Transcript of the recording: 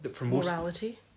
Morality